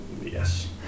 yes